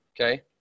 Okay